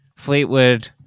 Fleetwood